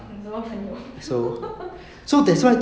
这么坑你